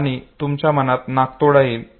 आणि तुमच्या मनात नाकतोडा येईल